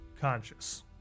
conscious